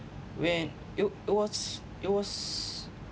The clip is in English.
when it it was it was